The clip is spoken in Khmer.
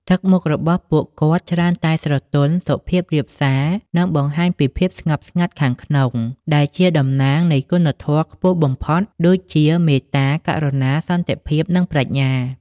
ទឹកមុខរបស់ពួកគាត់ច្រើនតែស្រទន់ សុភាពរាបសា និងបង្ហាញពីភាពស្ងប់ស្ងាត់ខាងក្នុង ដែលជាតំណាងនៃគុណធម៌ខ្ពស់បំផុត ដូចជា មេត្តា ករុណា សន្តិភាព និងប្រាជ្ញា។